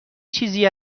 چیزی